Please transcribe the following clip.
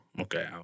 okay